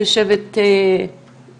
היא יושבת שם.